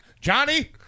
Johnny